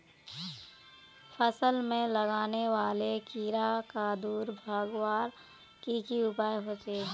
फसल में लगने वाले कीड़ा क दूर भगवार की की उपाय होचे?